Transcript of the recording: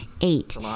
Eight